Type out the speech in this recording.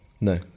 No